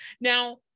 now